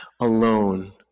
alone